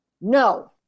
no